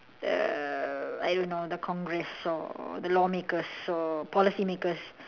err I don't know the congress or the law makers or policy makers